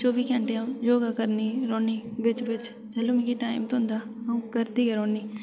चौबी घैंटे अ'ऊं योगा करनी रौह्नी बिच बिच जेल्लूं मिगी टाइम थ्होंदा अ'ऊं करदी गै रौह्नी